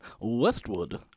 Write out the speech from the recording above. Westwood